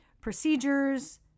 procedures